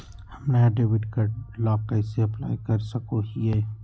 हम नया debit card ला कइसे अप्लाई कर सको हियै?